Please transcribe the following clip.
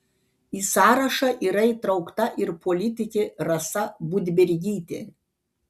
į sąrašą yra įtraukta ir politikė rasa budbergytė